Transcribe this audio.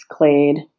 clade